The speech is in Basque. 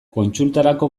kontsultarako